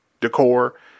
decor